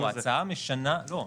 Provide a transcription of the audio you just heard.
נכון?